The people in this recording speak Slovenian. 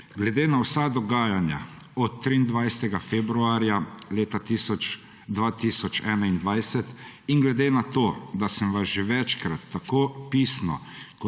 Glede na vsa dogajanja od 23. februarja leta 2021 in glede na to, da sem vas že večkrat tako pisno